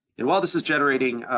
and while this is generating,